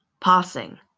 Passing